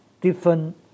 different